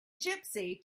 gypsy